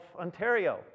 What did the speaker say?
Ontario